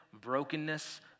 brokenness